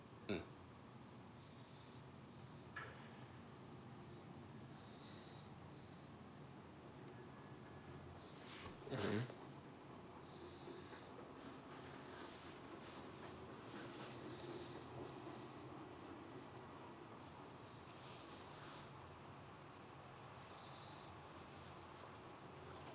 mm mmhmm